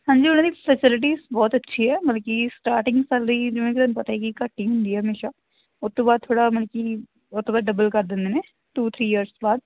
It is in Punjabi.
ਹਾਂਜੀ ਉਹਨਾਂ ਦੀ ਫੈਸਿਲਿਟੀਸ ਬਹੁਤ ਅੱਛੀ ਹੈ ਮਲ ਕਿ ਸਟਾਰਟਿੰਗ ਸੈਲਰੀ ਜਿਵੇਂ ਕਿ ਤੁਹਾਨੂੰ ਪਤਾ ਕਿ ਘੱਟ ਹੀ ਹੁੰਦੀ ਆ ਹਮੇਸ਼ਾ ਉਹ ਤੋਂ ਬਾਅਦ ਥੋੜ੍ਹਾ ਮਲ ਕਿ ਉਹ ਤੋਂ ਬਾਅਦ ਡਬਲ ਕਰ ਦਿੰਦੇ ਨੇ ਟੂ ਥ੍ਰੀ ਈਅਰਸ ਬਾਅਦ